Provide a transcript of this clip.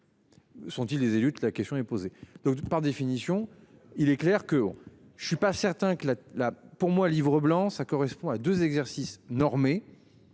Sont-ils des élus. La question est posée donc par définition, il est clair que je suis pas certain que la la pour moi livre blanc ça correspond à 2 exercices normé.